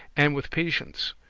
and with patience.